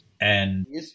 And-